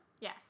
Yes